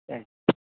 thanks